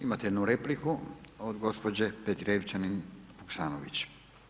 Imate jednu repliku od gospođe Petrijevčanin Vuksanović.